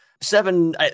Seven